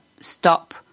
stop